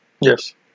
yes